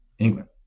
England